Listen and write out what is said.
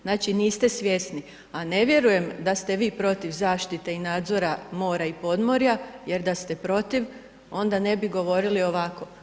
Znači niste svjesni a ne vjerujem da ste vi protiv zaštite i nadzora mora i podmorja jer da ste protiv onda ne bi govorili ovako.